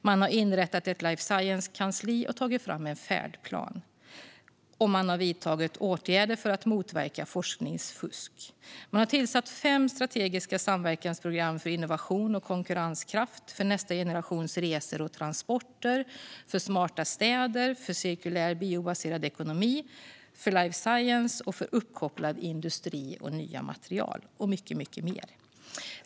Man har inrättat ett life science-kansli och tagit fram en färdplan. Man har vidtagit åtgärder för att motverka forskningsfusk. Man har tillsatt fem strategiska samverkansprogram för innovation och konkurrenskraft, för nästa generations resor och transporter, för smarta städer, för cirkulär biobaserad ekonomi, för life science, för uppkopplad industri och nya material och för mycket mer.